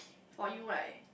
for you right